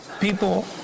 people